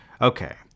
Okay